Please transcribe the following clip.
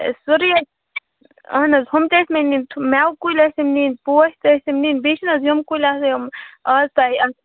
ہے سورُے حظ اَہَن حظ ہُم تہِ ٲسۍ مےٚ ننۍ میٚوٕ کُلۍ ٲسِم ننۍ پوش تہِ ٲسِم ننۍ بیٚیہِ چھِنہٕ حظ یِم کُلۍ آسان یِمہٕ آز تۄہہِ اَتھ